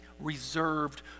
reserved